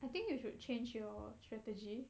I think you should change your strategy